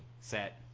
set